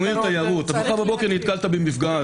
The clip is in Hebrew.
אנחנו עיר תיירות, ואם מחר בבוקר נתקלתי במפגע...